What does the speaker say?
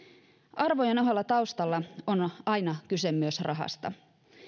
arvojen ohella taustalla on aina kyse myös rahasta